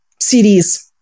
CDs